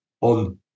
on